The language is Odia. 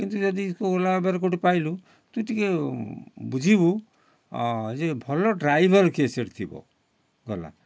କିନ୍ତୁ ଯଦି କେଉଁ ଓଲା ଉବେର୍ କେଉଁଠି ପାଇଲୁ ତୁ ଟିକେ ବୁଝିବୁ ଯେ ଭଲ ଡ୍ରାଇଭର୍ କିଏ ସେଇଠି ଥିବ ଗଲା